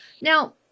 now